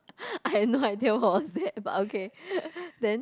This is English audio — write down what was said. I have no idea what was that but okay then